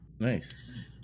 nice